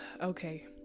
Okay